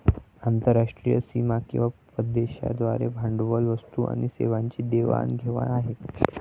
आंतरराष्ट्रीय सीमा किंवा प्रदेशांद्वारे भांडवल, वस्तू आणि सेवांची देवाण घेवाण आहे